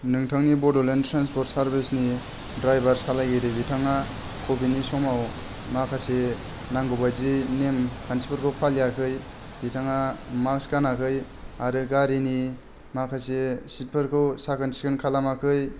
नोंथांनि बड'लेण्ड ट्रान्सपर्ट चार्बेसनि ड्राइभार सालायगिरि बिथाङा कभिदनि समाव माखासे नांगौबायदियै नेम खान्थिफोरखौ फालियाखै बिथाङा मास्क गानाखै आरो गारिनि माखासे सिटफोरखौ साखोन सिखोन खालामाखै